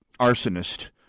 arsonist